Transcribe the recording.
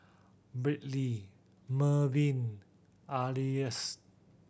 Briley Mervin Alyce